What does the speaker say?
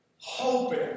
hoping